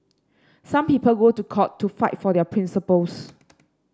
some people go to court to fight for their principles